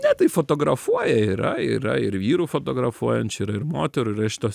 ne tai fotografuoja yra yra ir vyrų fotografuojančių yra ir moterų yra šitos